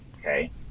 Okay